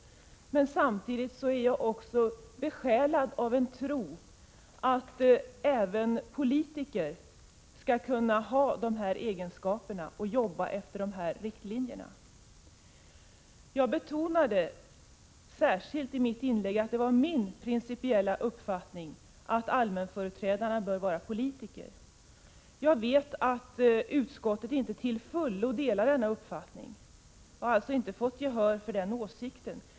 Men samtidigt är jag också besjälad av en tro att även politiker skall kunna ha dessa egenskaper och jobba efter dessa riktlinjer. Jag betonade särskilt i mitt inlägg att det var min principiella uppfattning att allmänföreträdarna bör vara politiker. Jag vet att utskottet inte till fullo delar denna uppfattning, och jag har alltså inte fått gehör för den åsikten.